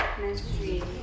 mystery